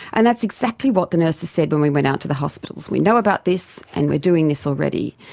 and that's exactly what the nurses said when we went out to the hospitals we know about this and we are doing this already.